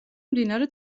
მდინარე